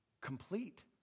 complete